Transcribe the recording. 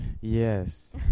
Yes